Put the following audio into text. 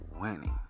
winning